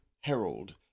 Herald